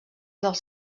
dels